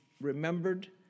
remembered